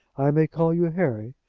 i may call you harry,